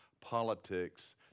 politics